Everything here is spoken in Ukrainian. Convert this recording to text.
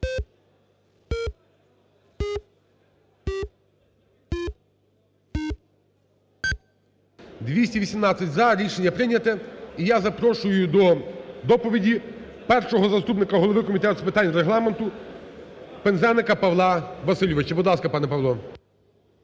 218-за. Рішення прийняте. І я запрошую до доповіді першого заступника голови Комітету з питань Регламенту Пинзеника Павла Васильовича. Будь ласка, пане Павло.